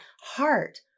heart